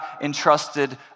entrusted